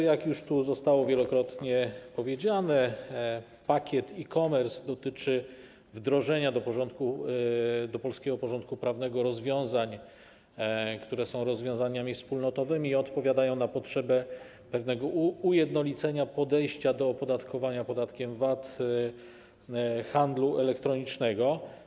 Jak już zostało tu wielokrotnie powiedziane, pakiet e-commerce dotyczy wdrożenia do polskiego porządku prawnego rozwiązań, które są rozwiązaniami wspólnotowymi i odpowiadają na potrzebę pewnego ujednolicenia podejścia do opodatkowania podatkiem VAT handlu elektronicznego.